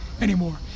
anymore